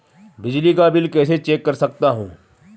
बिजली का बिल कैसे चेक कर सकता हूँ?